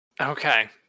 Okay